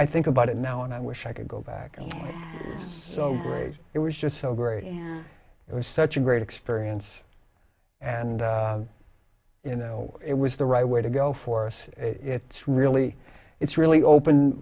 i think about it now and i wish i could go back and so great it was just so great and it was such a great experience and you know it was the right way to go for us it's really it's really open